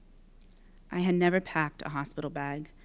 i had never packed a hospital bag.